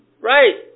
Right